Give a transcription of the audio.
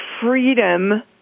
freedom